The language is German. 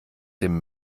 dem